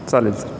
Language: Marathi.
चालेल सर